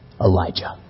Elijah